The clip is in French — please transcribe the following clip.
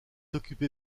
occupé